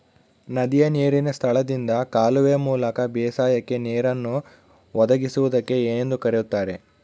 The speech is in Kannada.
ನದಿಯ ನೇರಿನ ಸ್ಥಳದಿಂದ ಕಾಲುವೆಯ ಮೂಲಕ ಬೇಸಾಯಕ್ಕೆ ನೇರನ್ನು ಒದಗಿಸುವುದಕ್ಕೆ ಏನೆಂದು ಕರೆಯುತ್ತಾರೆ?